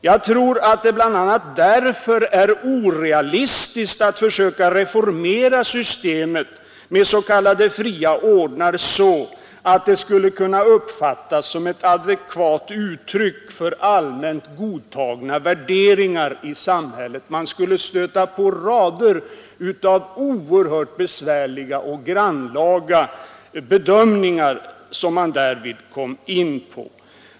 Jag tror att det bl.a. därför är orealistiskt att försöka reformera systemet med s.k. fria ordnar så, att det skulle kunna uppfattas som ett adekvat uttryck för allmänt godtagna värderingar i samhället. Man skulle då tvingas göra oerhört besvärliga och grannlaga bedömningar.